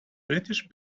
british